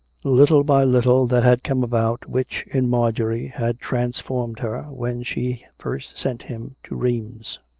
little by little that had come about which, in marjorie, had transformed her when she first sent him to rheims.